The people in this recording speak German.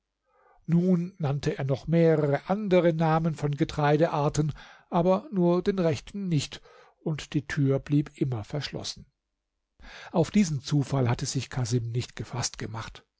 nun nannte er noch mehrere andere namen von getreidearten aber nur den rechten nicht und die tür blieb immer verschlossen auf diesen zufall hatte sich casim nicht gefaßt gemacht